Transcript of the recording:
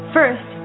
First